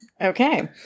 Okay